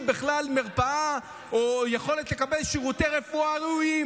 בכלל מרפאה או יכולת לקבל שירותי רפואה ראויים?